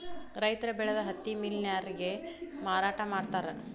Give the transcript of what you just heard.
ರೈತರ ಬೆಳದ ಹತ್ತಿ ಮಿಲ್ ನ್ಯಾರಗೆ ಮಾರಾಟಾ ಮಾಡ್ತಾರ